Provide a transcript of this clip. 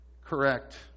Correct